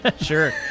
Sure